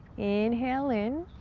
inhale in,